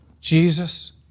Jesus